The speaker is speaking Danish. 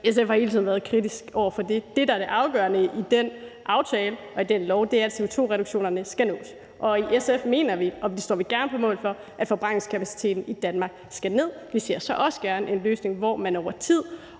SF har hele tiden været kritisk over for det. Det, der er det afgørende i den aftale og i den lov, er, at CO2-reduktionerne skal nås. I SF mener vi og står gerne på mål for, at forbrændingskapaciteten i Danmark skal ned. Vi ser så også gerne en løsning, hvor man over tid